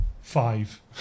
five